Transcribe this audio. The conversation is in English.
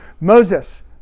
Moses